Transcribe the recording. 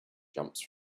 jumps